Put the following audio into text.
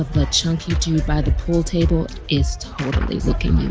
the chunky dude by the pool table is totally looking